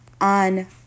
On